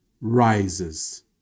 rises